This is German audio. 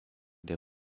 der